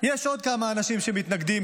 יש עוד כמה אנשים שמתנגדים,